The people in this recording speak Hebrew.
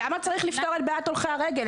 למה צריך לפתור את בעיית הולכי הרגל?